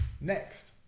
Next